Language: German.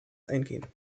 eingehen